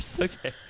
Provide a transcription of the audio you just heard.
Okay